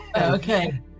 okay